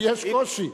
יש קושי.